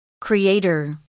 Creator